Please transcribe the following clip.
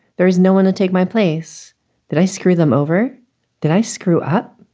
there is no one to take my place that i screw them over did i screw up?